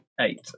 Eight